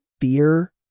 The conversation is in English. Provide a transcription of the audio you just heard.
fear